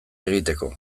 egiteko